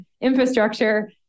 infrastructure